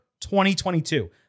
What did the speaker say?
2022